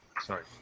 sorry